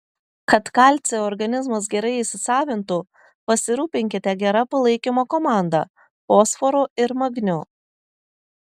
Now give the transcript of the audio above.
kad kalcį organizmas gerai įsisavintų pasirūpinkite gera palaikymo komanda fosforu ir magniu